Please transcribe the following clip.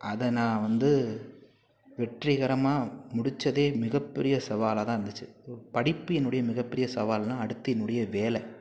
அதை நான் வந்து வெற்றிகரமாக முடிச்சதே மிகப்பெரிய சவாலாக தான் இருந்துச்சு படிப்பு என்னுடைய மிகப்பெரிய சவால்னா அடுத்து என்னுடைய வேலை